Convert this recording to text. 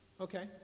Okay